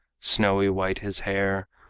snowy white his hair,